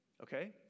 Okay